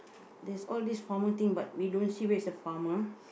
there's all these farmer thing but we don't see where's the farmer